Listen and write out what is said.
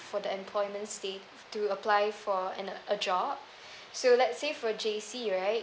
for the employment state to apply for an a job so let's say for J_C right